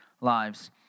lives